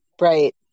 right